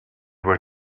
were